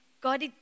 God